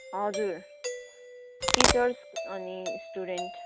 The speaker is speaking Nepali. हजुर टिचर्स अनि स्टुडेन्ट